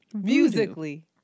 Musically